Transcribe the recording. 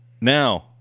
Now